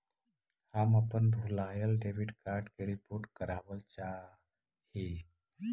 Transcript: हम अपन भूलायल डेबिट कार्ड के रिपोर्ट करावल चाह ही